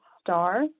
star